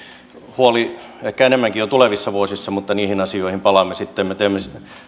huoli ehkä enemmänkin on tulevissa vuosissa mutta niihin asioihin palaamme sitten me teemme